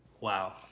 Wow